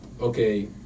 okay